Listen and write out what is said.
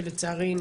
שלצערי,